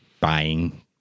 buying